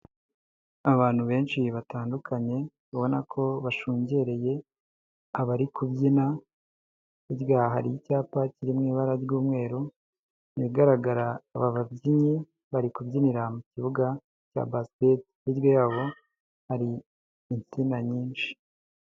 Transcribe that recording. Abantu benshi batandukanye ubona ko bashungereye abari kubyina hirya hari icyapa kiri mu ibara ry'umweru bigaragara aba babyinnyi bari kubyinira mu kibuga cya basiketi. Hirya yabo hari insina nyinshi.